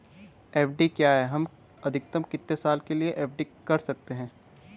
FD क्या है हम अधिकतम कितने साल के लिए एफ.डी कर सकते हैं?